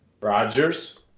Rogers